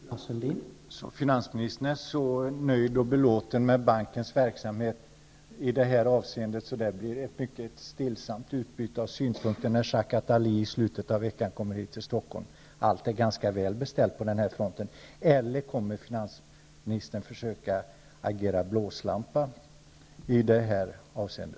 Herr talman! Finansministern är så nöjd och belåten med bankens verksamhet i detta avseende att det nog blir ett mycket stillsamt utbyte av synpunkter när Jacques Attali i slutet av veckan kommer hit till Stockholm. Allt är ganska väl beställt på den här fronten. Eller kommer finansministern att försöka ''agera blåslampa'' i detta avseende?